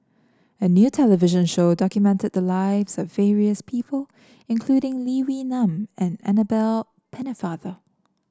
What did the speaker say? a new television show documented the lives of various people including Lee Wee Nam and Annabel Pennefather